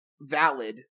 valid